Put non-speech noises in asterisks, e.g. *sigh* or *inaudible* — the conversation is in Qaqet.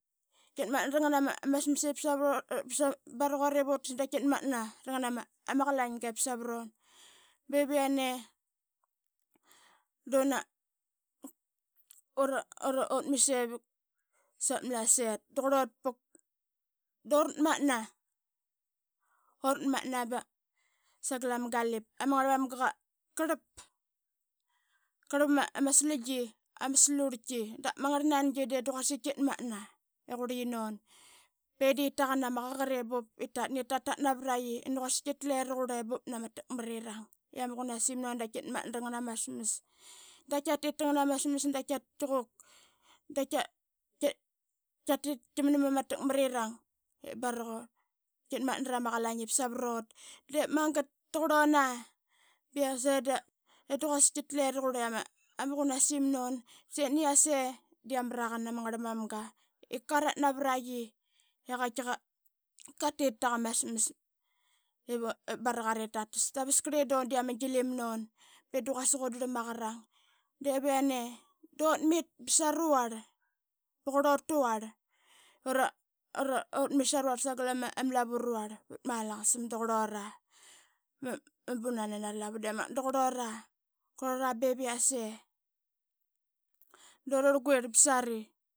Tmatna rangna ma smas ip suqut i barak ut ip utas dap qitmatna rangna ma qalainga ip savrun. Bev i yane *unintelligible* dura duna ura utmit savuk savat ma Malasaet puk. Da qurlut puk dura tmatna, ura tmatna sagal ama galip ama ngrl mamga qa rlap, qarlap ama slangi ama slurtki. Da ma ngrl nangi de da quasik tkitmatna i qurliqi nun be da qitaqan ama qaqat ip tadan ip tatatavraqi i nani quasik tkitle raqurla i bup nama takmrirang i ama qunasim nin da qitmatna ranga ma smas. Da tikia tit tangna ma smas da qiatit tkia quk da tkia tit tkia mnam ama takmrirang ip baraqun, qitmatna rama qalain ip savrut Diip magat da qurluna de da quasik tkile raqurla i ama qunasim nunba sip niase da qiamraqan ama ngrl manga i qatrat navaraqi i qaitki qatit taqa ma smas. Divu ip baraqara ip tatas i askrl un de da ma gilim nun be da quasik un drlain aqarang. Dep yane dut mit ba sarual ba qurlut tavarl *hesitation* ura ora utmit saruvarl sagal ama lavu navat ma. Alaqasam da qurlura ma Bunanan ara lavu diip magat da qurlura, qurlura biv yase dura rlguitl bsari.